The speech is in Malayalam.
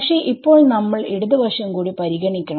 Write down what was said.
പക്ഷെ ഇപ്പോൾ നമ്മൾ ഇടതു വശം കൂടി പരിഗണിക്കണം